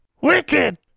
Wicked